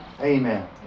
Amen